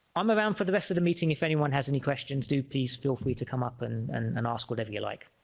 i'm around for the rest of the meeting if anyone has any questions do please feel free to come up and and and ask whatever you like